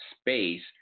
space